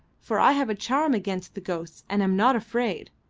for i have a charm against the ghosts and am not afraid.